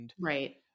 Right